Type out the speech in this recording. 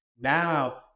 Now